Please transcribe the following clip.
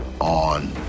on